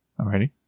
Alrighty